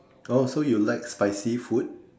oh so you like spicy food